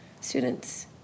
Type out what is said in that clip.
students